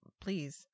Please